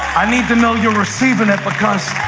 i need to know you're receiving it, because